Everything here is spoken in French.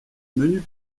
menus